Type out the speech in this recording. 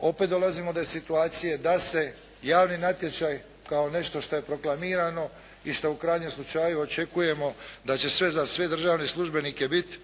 opet dolazimo do situacije da se javni natječaj kao nešto što je proklamirano i što u krajnjem slučaju očekujemo da će sve za sve državne službenike biti